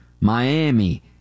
Miami